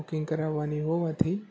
booking કરાવવાની હોવાથી